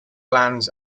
lands